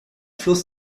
fluss